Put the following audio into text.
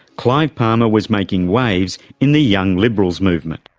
clive palmer was making waves in the young liberals movement.